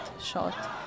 shot